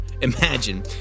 imagine